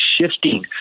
shifting